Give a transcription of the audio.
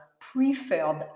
preferred